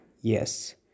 yes